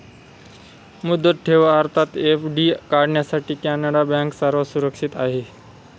मुदत ठेव अर्थात एफ.डी काढण्यासाठी कॅनडा बँक सर्वात सुरक्षित आहे